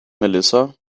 melissa